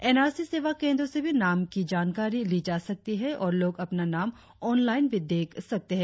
N R C सेवा केंद्रों से भी नाम की जानकारी ली जा सकती है और लोग अपना नाम ऑनलाइन भी देख सकते हैं